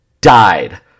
died